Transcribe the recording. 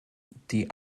die